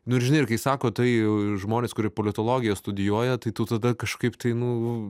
nu ir žinai ir kai sako tai žmonės kurie politologiją studijuoja tai tu tada kažkaip tai nu